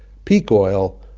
peak oil,